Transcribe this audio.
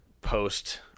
post